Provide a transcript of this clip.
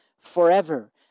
forever